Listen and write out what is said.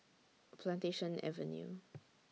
Plantation Avenue